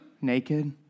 naked